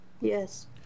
Yes